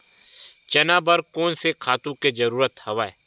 चना बर कोन से खातु के जरूरत हवय?